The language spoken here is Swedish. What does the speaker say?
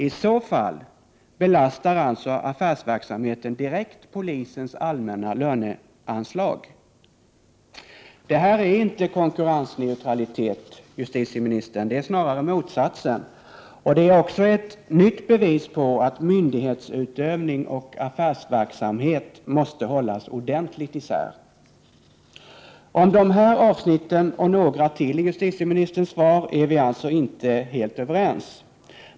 I så fall belastar alltså affärsverksamheten direkt polisens allmänna löneanslag. Det här är inte konkurrensneutralitet, justitieministern. Det är snarare motsatsen. Det är också ett nytt bevis på att myndighetsutövning och affärsverksamhet måste hållas ordentligt isär. Om de här avsnitten, och några till, i justitieministerns svar är vi alltså inte helt överens.